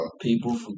People